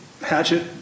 hatchet